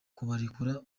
kubarekura